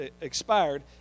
expired